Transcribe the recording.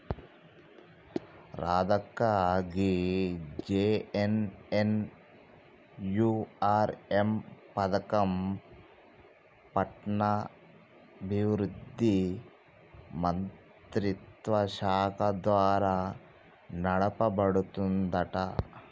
రాధక్క గీ జె.ఎన్.ఎన్.యు.ఆర్.ఎం పథకం పట్టణాభివృద్ధి మంత్రిత్వ శాఖ ద్వారా నడపబడుతుందంట